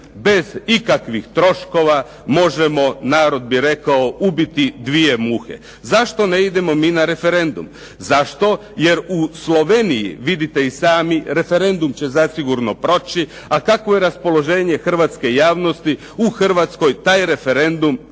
bez ikakvih troškova, možemo narod bi rekao ubiti dvije muhe. Zašto ne idemo mi na referendum? Zašto? Jer u Sloveniji, vidite i sami, referendum će zasigurno proći, a kakvo je raspoloženje hrvatske javnosti u Hrvatskoj taj referendum teško